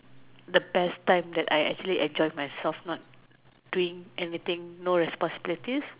the best time that I actually enjoy myself not doing anything no responsibilities